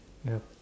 ya